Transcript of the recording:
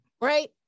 right